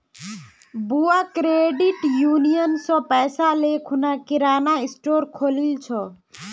बुआ credit union स पैसा ले खूना किराना स्टोर खोलील छ